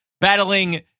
battling